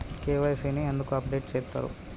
KYC ని ఎందుకు update చేత్తరు?